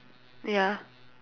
ya